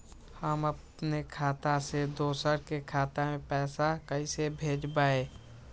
हम अपने खाता से दोसर के खाता में पैसा कइसे भेजबै?